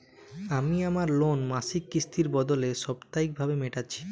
আমি আমার লোন মাসিক কিস্তির বদলে সাপ্তাহিক ভাবে মেটাচ্ছি